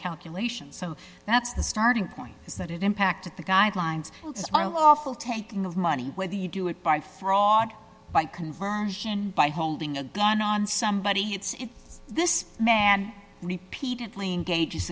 calculations so that's the starting point is that it impacted the guidelines are lawful taking of money whether you do it by fraud by conversion by holding a gun on somebody it's if this man repeatedly engages